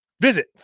Visit